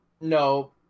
no